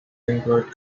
include